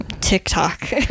TikTok